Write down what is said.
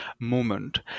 moment